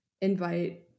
invite